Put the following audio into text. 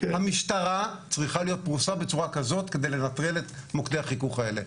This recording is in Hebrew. המשטרה צריכה להיות פרוסה בצורה כזאת כדי לנטרל את מוקדי החיכוך האלה.